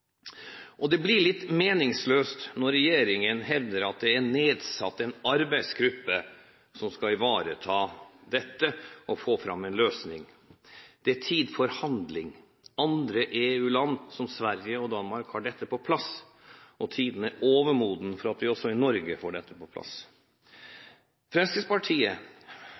flyselskapene. Det blir litt meningsløst når regjeringen hevder at det er nedsatt arbeidsgrupper som skal ivareta dette og få fram en løsning. Det er tid for handling. EU-land som Sverige og Danmark har dette på plass, og tiden er overmoden for at vi også i Norge får det på plass. Fremskrittspartiet